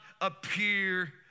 appear